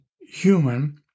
human